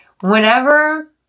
Whenever